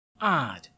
odd